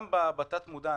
גם בתת מודע,